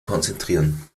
konzentrieren